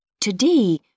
Today